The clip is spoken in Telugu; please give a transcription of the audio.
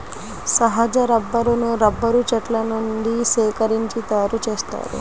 సహజ రబ్బరును రబ్బరు చెట్ల నుండి సేకరించి తయారుచేస్తారు